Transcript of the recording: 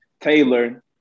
Taylor